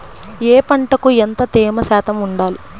ఏ పంటకు ఎంత తేమ శాతం ఉండాలి?